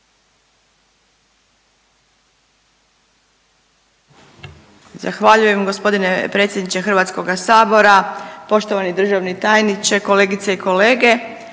Zahvaljujem gospodine predsjedniče Hrvatskoga sabora. Poštovani državni tajniče, kolegice i kolege,